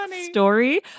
story